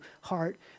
heart